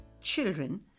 Children